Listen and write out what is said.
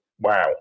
wow